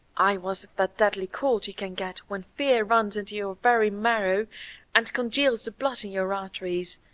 i was that deadly cold you can get when fear runs into your very marrow and congeals the blood in your arteries.